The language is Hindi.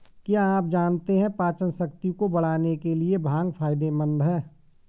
क्या आप जानते है पाचनशक्ति को बढ़ाने के लिए भांग फायदेमंद है?